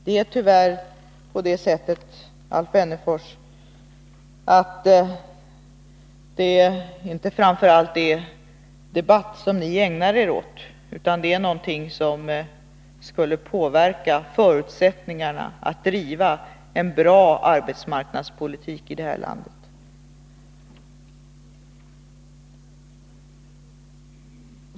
Det är tyvärr på det sättet, Alf Wennerfors, att det inte är framför allt debatt som ni ägnar er åt, utan det är någonting som skulle påverka förutsättningarna att driva en bra arbetsmarknadspolitik i detta land.